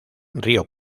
río